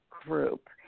Group